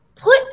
Put